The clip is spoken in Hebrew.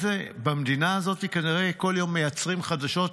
במדינה הזאת כנראה כל יום מייצרים חדשות,